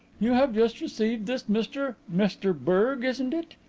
you have just received this, mr mr berge, isn't it?